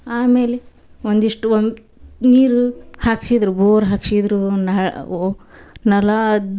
ಆಮೇಲೆ ಒಂದಿಷ್ಟು ಒಂದು ನೀರು ಹಾಕ್ಸಿದ್ರು ಬೊರ್ ಹಾಕ್ಸಿದ್ರೂ ನಳ ಓ ನಳ ಅದು